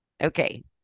Okay